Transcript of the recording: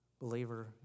Believer